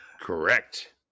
Correct